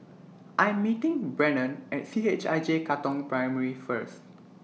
I Am meeting Brennen At C H I J Katong Primary First